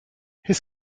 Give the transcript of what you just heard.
his